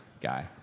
guy